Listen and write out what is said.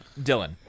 Dylan